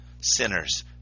sinners